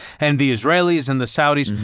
and the israelis and the saudis.